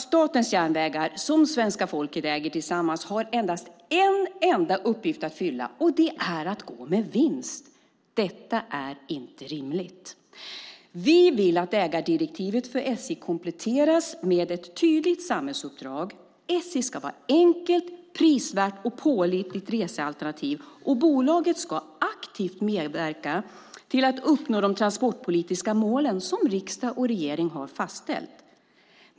Statens järnvägar, som svenska folket äger tillsammans, har endast en enda uppgift att fylla, och det är att gå med vinst! Det är inte rimligt. Vi vill att ägardirektivet för SJ kompletteras med ett tydligt samhällsuppdrag: SJ ska vara ett enkelt, prisvärt och pålitligt resealternativ, och bolaget ska aktivt medverka till att uppnå de transportpolitiska mål som riksdag och regering har fastställt.